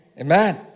Amen